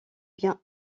bien